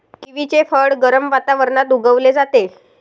किवीचे फळ गरम वातावरणात उगवले जाते